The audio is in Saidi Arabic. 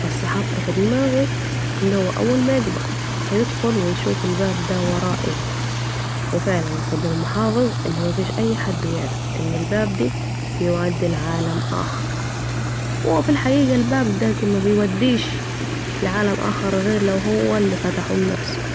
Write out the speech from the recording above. بس حط في دماغه ان هو أول ميكبر هيدخل و يشوف الباب ده وراه ايه، وفعلاً فضل محافظ أن مفيش اي حد يعرف أن الباب ده بيودي لعالم آخر ، و هو في الحقيقة الباب ده مبيوديش لعالم أخر غير لو هو الي فتحه بنفسه